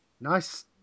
Nice